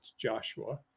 Joshua